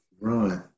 Right